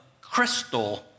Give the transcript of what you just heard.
crystal